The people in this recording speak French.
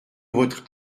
votre